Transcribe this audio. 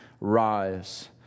Rise